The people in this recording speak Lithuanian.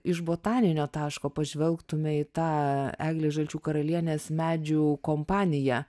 iš botaninio taško pažvelgtume į tą eglės žalčių karalienės medžių kompaniją